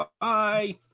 Bye